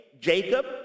Jacob